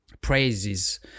praises